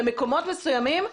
במקומות מסוימים,